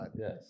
Yes